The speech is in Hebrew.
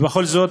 ובכל זאת